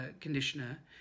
conditioner